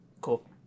Cool